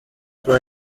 kwa